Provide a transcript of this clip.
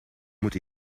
moet